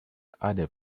other